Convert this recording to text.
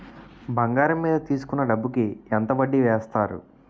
బంగారం మీద తీసుకున్న డబ్బు కి ఎంత వడ్డీ వేస్తారు?